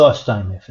SOA 2.0